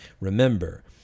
Remember